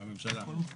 הממשלה?